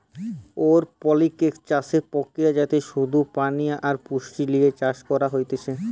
aeroponics চাষের প্রক্রিয়া যাতে শুধু পানি আর পুষ্টি লিয়ে চাষ করা হতিছে